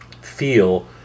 feel